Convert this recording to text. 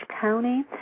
County